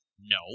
No